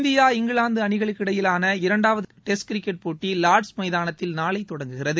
India இங்கிலாந்து அணிகளுக்கிடையிலான இரண்டாவது டெஸ்ட் கிரிக்கெட் போட்டி லார்ட்ஸ் மைதானத்தில் நாளை தொடங்குகிறது